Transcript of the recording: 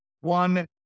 one